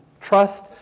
trust